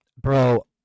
bro